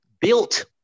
built